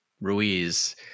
ruiz